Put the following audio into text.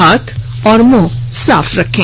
हाथ और मुंह साफ रखें